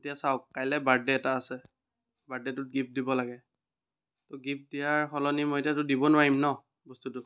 এতিয়া চাওক কাইলে বাৰ্থডে এটা আছে বাৰ্থডেটোত গিফ্ট দিব লাগে ত' গিফ্ট দিয়াৰ সলনি মই এতিয়াতো দিব নোৱাৰিম ন বস্তুটো